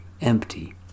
empty